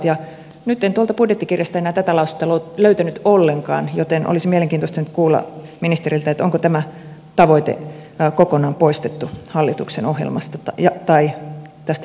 nyt en tuolta budjettikirjasta enää tätä lausetta löytänyt ollenkaan joten olisi mielenkiintoista nyt kuulla ministeriltä onko tämä tavoite kokonaan poistettu hallituksen ohjelmasta tästä budjettikirjasta